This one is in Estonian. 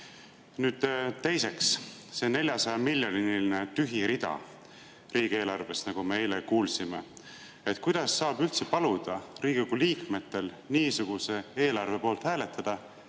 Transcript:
Teiseks, see 400-miljoniline tühi rida riigieelarves, millest me eile kuulsime. Kuidas saab üldse paluda Riigikogu liikmetel niisuguse eelarve poolt hääletada,